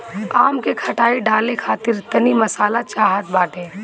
आम के खटाई डाले खातिर तनी मसाला चाहत बाटे